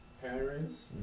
parents